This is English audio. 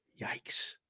Yikes